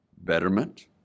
Betterment